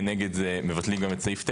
וכנגד זה מבטלים גם את סעיף 9,